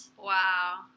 Wow